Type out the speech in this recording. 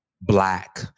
black